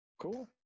Cool